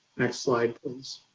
next slide, please.